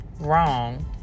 wrong